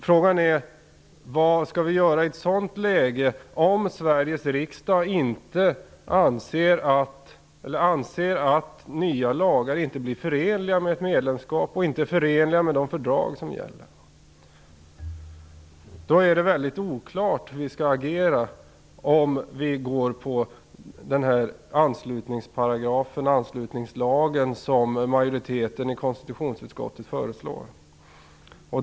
Frågan är: Vad skall vi göra i ett läge där Sveriges riksdag anser att nya lagar inte blir förenliga med ett medlemskap och inte heller förenliga med de fördrag som gäller? Det är väldigt oklart hur vi skall agera om vi går på den anslutningsparagraf och anslutningslag som majoriteten i konstitutionsutskottet föreslår.